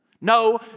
No